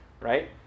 right